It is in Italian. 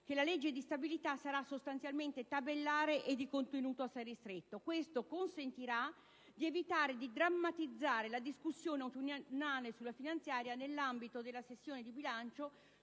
che la legge di stabilità sarà «sostanzialmente tabellare e di contenuto assai ristretto». Questo consentirà di evitare di drammatizzare la discussione autunnale sulla finanziaria nell'ambito della sessione di bilancio,